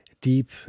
deep